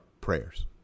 prayers